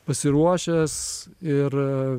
pasiruošęs ir